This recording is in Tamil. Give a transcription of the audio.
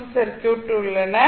சி சர்க்யூட் உள்ளன